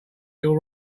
deal